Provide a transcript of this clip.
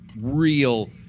real